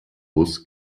bus